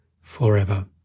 forever